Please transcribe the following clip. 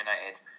United